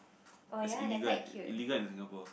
it's illegal illegal in Singapore